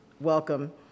welcome